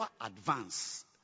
advance